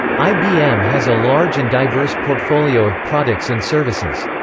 ibm has a large and diverse portfolio of products and services.